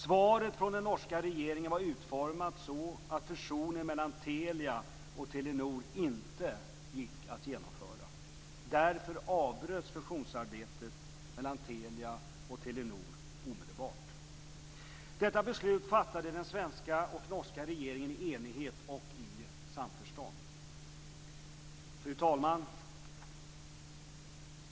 Svaret från den norska regeringen var utformat så att fusionen mellan Telia och Telenor inte gick att genomföra. Därför avbröts fusionsarbetet mellan Telia och Telenor omedelbart. Detta beslut fattade den svenska och den norska regeringen i enighet och i samförstånd. Fru talman!